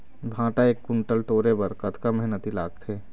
भांटा एक कुन्टल टोरे बर कतका मेहनती लागथे?